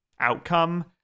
outcome